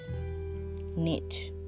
Niche